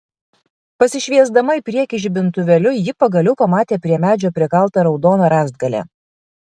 pasišviesdama į priekį žibintuvėliu ji pagaliau pamatė prie medžio prikaltą raudoną rąstgalį